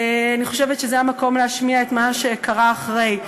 אני חושבת שזה המקום להשמיע את מה שקרה אחרי.